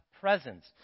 presence